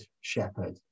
shepherd